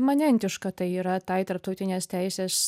imanentiška tai yra tai tarptautinės teisės